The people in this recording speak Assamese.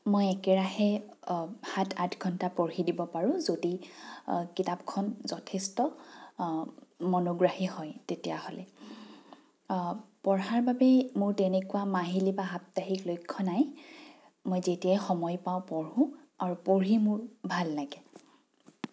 মই একেৰাহে সাত আঠ ঘণ্টা পঢ়ি দিব পাৰোঁ যদি কিতাপখন যথেষ্ট মনোগ্ৰাহী হয় তেতিয়াহ'লে পঢ়াৰ বাবে মোৰ তেনেকুৱা মাহিলী বা সাপ্তাহিক লক্ষ্য নাই মই যেতিয়াই সময় পাওঁ পঢ়োঁ আৰু পঢ়ি মোৰ ভাল লাগে